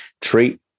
treat